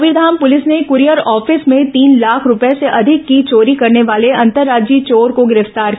Kabirdham police ने courier office में तीन लाख रूपये से अधिक की चोरी करने वाले अंतर्राज्यीय चोर को गिरफ्तार किया है